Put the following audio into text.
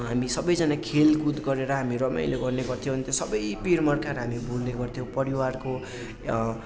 हामी सबैजना खेलकुद गरेर हामी रमाइलो गर्ने गर्थ्यौँ अन्त सबै पिर मर्काहरू हामी भुल्ने गर्थ्यौँ परिवारको